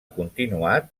continuat